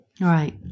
Right